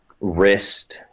wrist